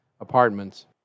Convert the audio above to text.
apartments